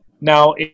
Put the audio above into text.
Now